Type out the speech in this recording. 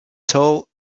tall